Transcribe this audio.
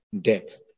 Depth